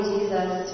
Jesus